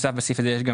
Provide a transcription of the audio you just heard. בסעיף הזה יש גם